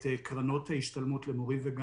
של קרנות ההשתלמות של אלה שחסכו עד